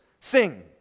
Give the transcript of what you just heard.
sing